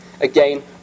Again